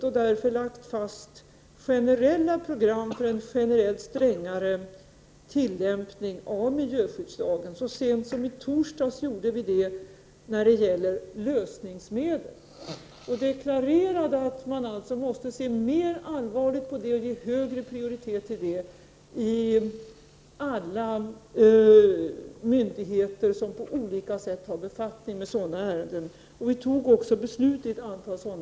Därför har vi lagt fast generella program för en generellt strängare tillämpning av miljöskyddslagen. Så sent som i torsdags gjorde vi det beträffande lösningsmedel. Vi deklarerade att man måste ta dessa saker på större allvar och att man mera måste prioritera dessa frågor. Det gäller då alla myndigheter som på olika sätt har att befatta sig med sådana här ärenden. Dessutom fattade vi beslut i ett antal ärenden.